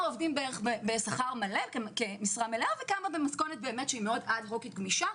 עובדים בשכר מלא במשרה מלאה וכמה במתכונת אד הוק גמישה.